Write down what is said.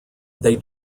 they